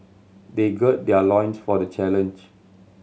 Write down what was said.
they good their loins for the challenge